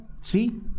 see